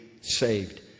saved